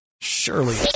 Surely